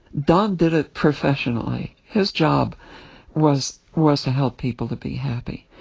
don did it professionally. his job was was to help people to be happy.